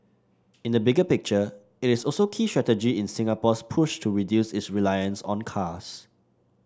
in the bigger picture it is also a key strategy in Singapore's push to reduce its reliance on cars